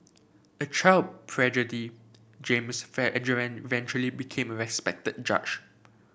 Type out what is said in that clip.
a child James eventually became a respected judge